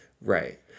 Right